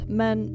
men